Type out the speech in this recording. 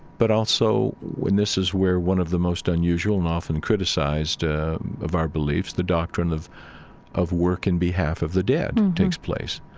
but also, and this is where one of the most unusual and often criticized ah of our beliefs, the doctrine of of work in behalf of the dead takes place.